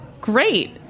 Great